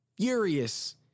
furious